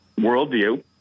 Worldview